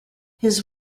his